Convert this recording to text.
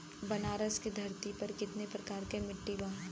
बनारस की धरती पर कितना प्रकार के मिट्टी बा?